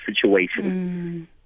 situation